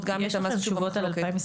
גם את המס --- יש לכם תשובות על 2021?